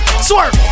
Swerve